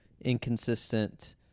inconsistent